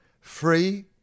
Free